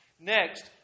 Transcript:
Next